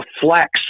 flex